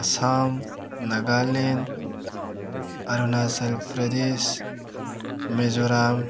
Assam Nagaland Arunachal Pradesh Mizoram